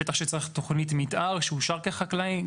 שטח שצריך תוכנית מתאר, שאושר כחקלאי?